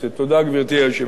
תודה, גברתי היושבת-ראש.